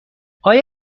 آیا